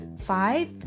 Five